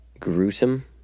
gruesome